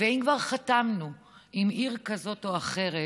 ואם כבר חתמנו עם עיר כזאת או אחרת,